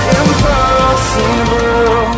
impossible